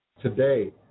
today